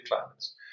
climates